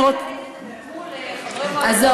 תגמול לחברי מועצות,